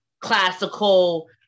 classical